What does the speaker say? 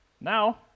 now